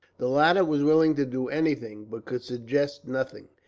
the latter was willing to do anything, but could suggest nothing.